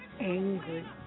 angry